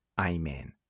Amen